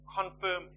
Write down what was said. confirm